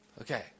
okay